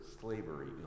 slavery